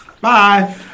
Bye